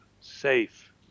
safe